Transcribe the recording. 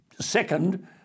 second